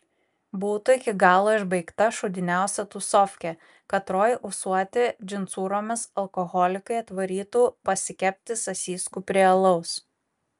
būtų iki galo išbaigta šūdiniausia tūsofkė katroj ūsuoti džinsūromis alkoholikai atvarytų pasikepti sasyskų prie alaus